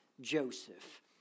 Joseph